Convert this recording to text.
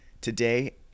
Today